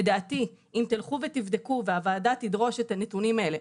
לדעתי אם תלכו ותבדקו והוועדה תדרוש את הנתונים האלה,